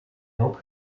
hope